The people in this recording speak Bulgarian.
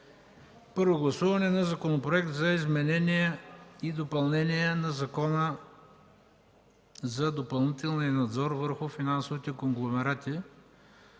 първо гласуване на Законопроекта за изменение и допълнение на Закона за допълнителния надзор върху финансовите конгломерати,